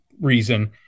reason